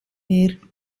meer